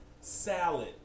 salad